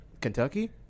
Kentucky